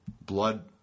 blood